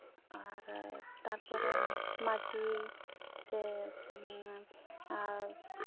ᱟᱨ ᱛᱟᱨᱯᱚᱨᱮ ᱢᱟᱹᱡᱷᱤ ᱥᱮ ᱟᱨ